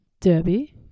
derby